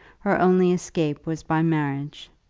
her only escape was by marriage.